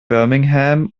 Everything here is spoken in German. birmingham